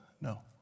No